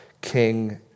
king